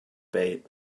bait